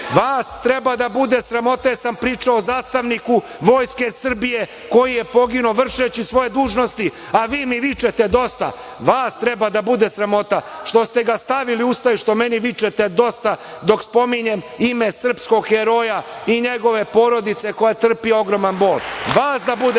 Vas treba da bude sramota, jer sam pričao o zastavniku Vojske Srbije, koji je poginuo vršeći svoje dužnosti, a vi mi vičete – dosta. Vas treba da bude sramota što ste ga stavili u usta i što meni vičete – dosta, dok spominjem ime srpskog heroja i njegove porodice koja trpi ogroman bol, vas da bude sramota.